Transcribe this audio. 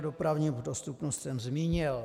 Dopravní dostupnost jsem zmínil.